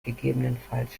gegebenenfalls